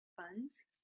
funds